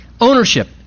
ownership